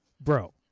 bro